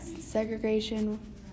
segregation